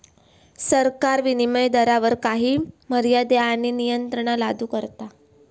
सरकार विनीमय दरावर काही मर्यादे आणि नियंत्रणा लादू शकता